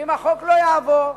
ואם החוק לא יעבור,